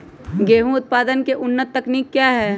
गेंहू उत्पादन की उन्नत तकनीक क्या है?